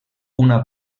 una